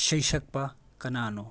ꯁꯩꯁꯛꯄ ꯀꯅꯥꯅꯣ